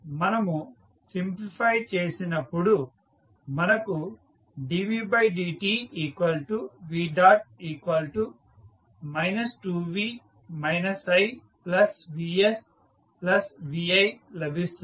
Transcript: మనము సింప్లిఫై చేసినప్పుడు మనకు dvdtv 2v i vsviలభిస్తుంది